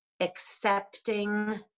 accepting